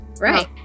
Right